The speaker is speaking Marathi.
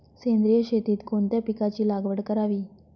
सेंद्रिय शेतीत कोणत्या पिकाची लागवड करावी?